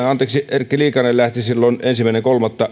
erkki liikanen lähti ensimmäinen kolmatta